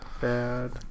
bad